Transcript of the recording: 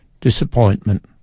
Disappointment